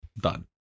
Done